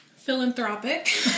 philanthropic